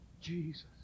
Jesus